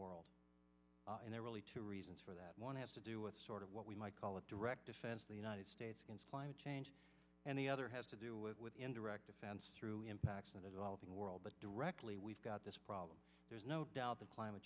world and there really two reasons for that one has to do with sort of what we might call a direct defense the united states against climate change and the other has to do with indirect defense through impacts of the developing world but directly we've got this problem there's no doubt that climate